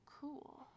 Cool